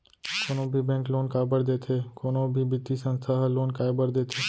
कोनो भी bank loan काबर देथे कोनो भी बित्तीय संस्था ह लोन काय बर देथे?